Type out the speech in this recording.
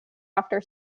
after